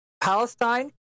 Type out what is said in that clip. Palestine